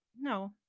no